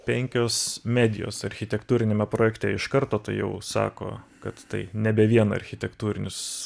penkios medijos architektūriniame projekte iš karto tai jau sako kad tai nebe vien architektūrinis